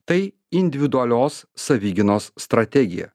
tai individualios savigynos strategija